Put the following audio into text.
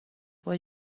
وای